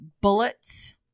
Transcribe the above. bullets